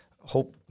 hope